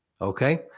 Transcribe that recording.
Okay